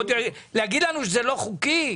ועוד להגיד לנו שזה לא חוקי?